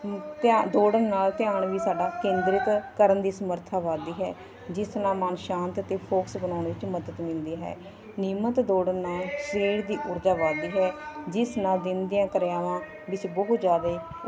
ਧਿਆ ਦੌੜਨ ਨਾਲ ਧਿਆਨ ਵੀ ਸਾਡਾ ਕੇਂਦਰਿਤ ਕਰਨ ਦੀ ਸਮਰੱਥਾ ਵੱਧਦੀ ਹੈ ਜਿਸ ਨਾਲ ਮਨ ਸ਼ਾਂਤ ਅਤੇ ਫੋਕਸ ਬਣਾਉਣ ਵਿਚ ਮਦਦ ਮਿਲਦੀ ਹੈ ਨਿਯਮਤ ਦੌੜਨ ਨਾਲ ਸਰੀਰ ਦੀ ਊਰਜਾ ਵੱਧਦੀ ਹੈ ਜਿਸ ਨਾਲ ਦਿਨ ਦੀਆਂ ਕਿਰਿਆਵਾਂ ਵਿੱਚ ਬਹੁਤ ਜ਼ਿਆਦਾ